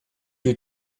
you